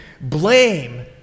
Blame